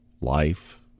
life